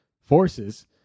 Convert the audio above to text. forces